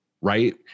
right